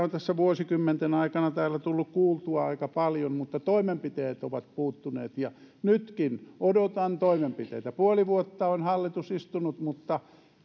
on tässä vuosikymmenten aikana täällä tullut kuultua aika paljon mutta toimenpiteet ovat puuttuneet nytkin odotan toimenpiteitä puoli vuotta on hallitus istunut mutta